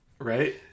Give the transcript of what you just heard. right